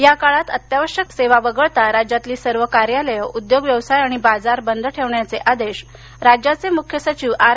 या काळात अत्यावश्यक सेवा वगळता राज्यातली सर्व कार्यालयं उद्योग व्यवसाय आणि बाजार बंद ठेवण्याचे आदेश राज्याचे मुख्य सचिव आर